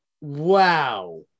Wow